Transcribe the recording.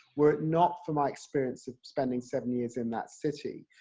were it not for my experience of spending seven years in that city.